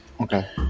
Okay